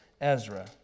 Ezra